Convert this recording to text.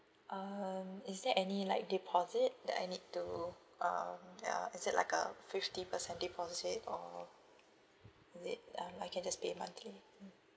um is there any like deposit that I need to um ya is it like a fifty percent deposit or is it uh like I can just pay monthly mm